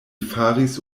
faris